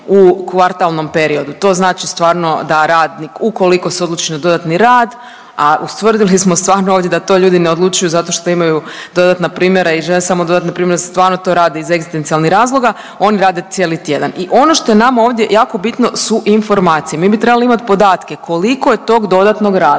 u kvartalnom periodu. To znači stvarno da radnik ukoliko se odluči na dodatni rad, a ustvrdili smo stvarno ovdje da to ljudi ne odlučuju zato što imaju dodatna primanja i žele samo dodati npr. da se to stvarno radi iz egezistencionalnih razloga, oni rade cijeli tjedan. I ono što je nama ovdje jako bitno su informacije. Mi bi trebali imati podatke koliko je tog dodatnog rada,